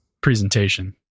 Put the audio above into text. Presentation